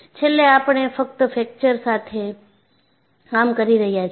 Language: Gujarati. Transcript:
છેલ્લે આપણે ફક્ત ફ્રેકચર સાથે કામ કરી રહ્યા છીએ